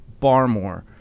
Barmore